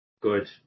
Good